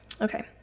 Okay